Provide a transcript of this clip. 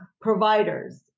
providers